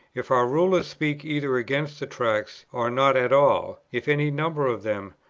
if our rulers speak either against the tracts, or not at all, if any number of them,